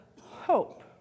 hope